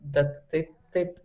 bet tai taip